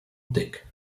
dick